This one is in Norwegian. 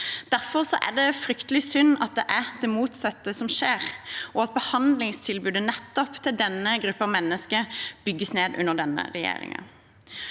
Derfor er det fryktelig synd at det er det motsatte som skjer, og at behandlingstilbudet til nettopp denne gruppen mennesker bygges ned under denne regjeringen.